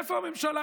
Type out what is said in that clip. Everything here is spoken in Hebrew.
איפה הממשלה,